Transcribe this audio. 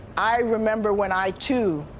i remember when i, too,